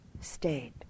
state